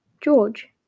George